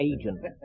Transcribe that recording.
agent